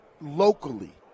locally